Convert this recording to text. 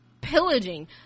pillaging